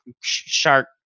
shark